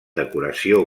decoració